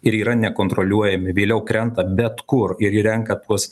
ir yra nekontroliuojami vėliau krenta bet kur ir jie renka tuos